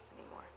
anymore